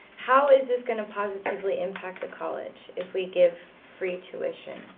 how is this going to positively impact the college if we give free tuition?